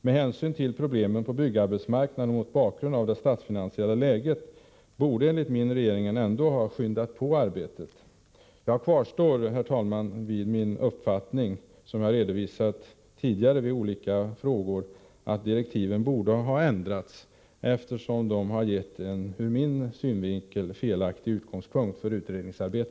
Med hänsyn till problemen på byggarbetsmarknaden och mot bakgrund av det statsfinansiella läget borde enligt min mening regeringen ha skyndat på arbetet. Jag vidhåller, herr talman, den uppfattning som jag tidigare vid olika tillfällen redovisat, nämligen att direktiven borde ha ändrats eftersom de enligt min mening har givit utredningsarbetet en felaktig utgångspunkt.